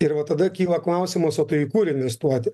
ir va tada kyla klausimas o tai kur investuoti